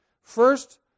First